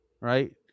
right